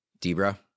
Debra